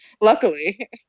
Luckily